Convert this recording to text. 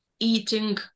eating